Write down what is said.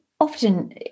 often